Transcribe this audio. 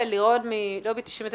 סמנכ"לית לובי 99,